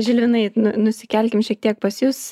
žilvinai nu nusikelkim šiek tiek pas jus